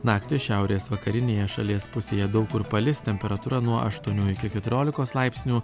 naktį šiaurės vakarinėje šalies pusėje daug kur palis temperatūra nuo aštuonių iki keturiolikos laipsnių